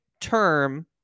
term